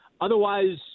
Otherwise